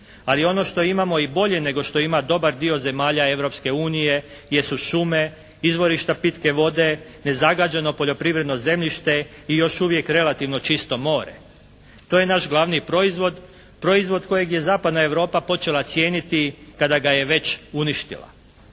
Ali ono što imamo i bolje nego što ima dobar dio zemalja Europske unije jesu šume, izvorišta pitke vode, nezagađeno poljoprivredno zemljište i još uvijek relativno čisto more. To je naš glavni proizvod, proizvod kojeg je zapadna Europa počela cijeniti kada ga je već uništila.